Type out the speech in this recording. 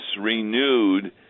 renewed